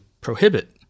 prohibit